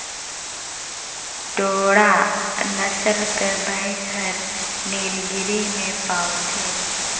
टोडा नसल कर भंइस हर नीलगिरी में पवाथे